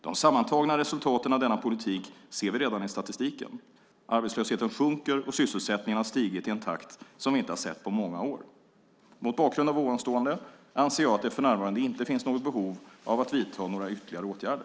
De sammantagna resultaten av denna politik ser vi redan i statistiken. Arbetslösheten sjunker och sysselsättningen har stigit i en takt som vi inte har sett på många år. Mot bakgrund av ovanstående anser jag att det för närvarande inte finns något behov av att vidta några ytterligare åtgärder.